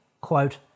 quote